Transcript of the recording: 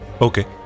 Okay